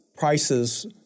prices